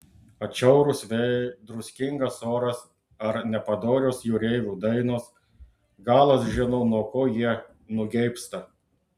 atšiaurūs vėjai druskingas oras ar nepadorios jūreivių dainos galas žino nuo ko jie nugeibsta